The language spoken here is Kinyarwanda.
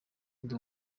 ndi